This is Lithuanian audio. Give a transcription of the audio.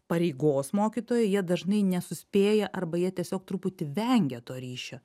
pareigos mokytojai jie dažnai nesuspėja arba jie tiesiog truputį vengia to ryšio